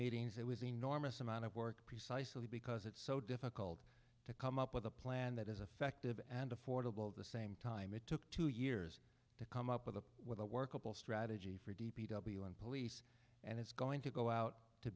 meetings it was enormous amount of work precisely because it's so difficult to come up with a plan that is effective and affordable the same time it took two years to come up with a workable strategy for d p w and police and it's going to go out to